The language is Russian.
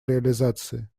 реализации